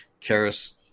Karis